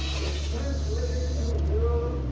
which translated into world